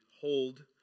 hold